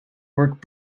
work